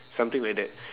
something like that